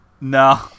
no